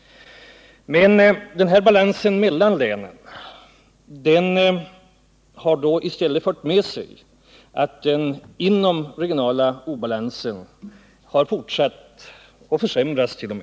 Men den här ”befolkningsmässiga balansen” mellan länen har ändå inneburit att den inomregionala obalansen har fortsatt och t.o.m. försämrats.